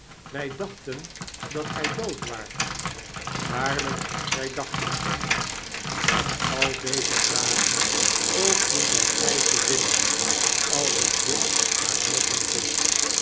wy dachten dat gij dood waart waarlp wy dachten het met al deze vragen poogde zij tp te winnen alsof dit haar helpen kon